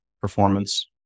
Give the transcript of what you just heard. performance